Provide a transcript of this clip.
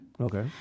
Okay